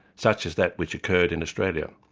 such as that which occurred in australia.